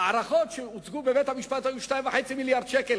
ההערכות שהוצגו בבית-המשפט היו 2.5 מיליארדי שקלים,